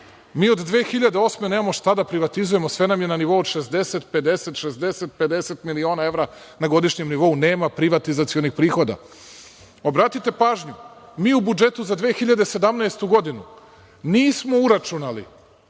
Mi od 2008. godine nemamo šta da privatizujemo, sve nam je na nivou od 50, 60, miliona evra na godišnjem nivou. Nema privatizacionih prihoda. Obratite pažnju. Mi u budžetu za 2017. godinu nismo uračunali